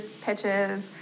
pitches